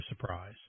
surprise